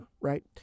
right